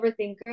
overthinker